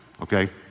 Okay